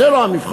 זה לא המבחן.